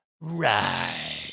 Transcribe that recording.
Right